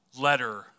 letter